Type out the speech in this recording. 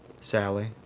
Sally